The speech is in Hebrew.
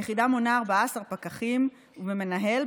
היחידה מונה 14 פקחים ומנהל,